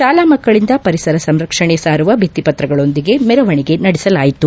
ಶಾಲಾ ಮಕ್ಕಳಿಂದ ಪರಿಸರ ಸಂರಕ್ಷಣೆ ಸಾರುವ ಭಿತ್ತಿಪತ್ರಗಳೊಂದಿಗೆ ಮೆರವಣಿಗೆ ನಡೆಸಲಾಯಿತು